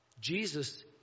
Jesus